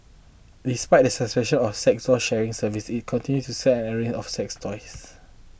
despite the suspension of sex doll sharing service it continues to sell an array of sex toys